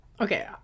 okay